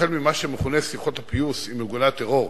החל במה שמכונה "שיחות הפיוס" עם ארגוני הטרור,